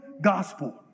gospel